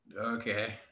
Okay